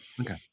Okay